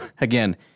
again